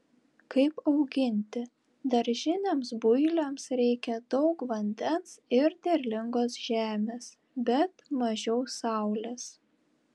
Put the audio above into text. kaip auginti daržiniams builiams reikia daug vandens ir derlingos žemės bet mažiau saulės